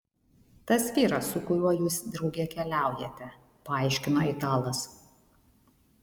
tas vyras su kuriuo jūs drauge keliaujate paaiškino italas